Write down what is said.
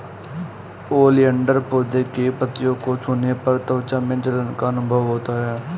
oleander पौधे की पत्तियों को छूने पर त्वचा में जलन का अनुभव होता है